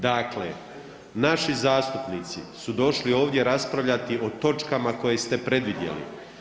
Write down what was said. Dakle, naši zastupnici su došli ovdje raspravljati o točkama koje ste predvidjeli.